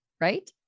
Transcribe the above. right